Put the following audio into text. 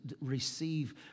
receive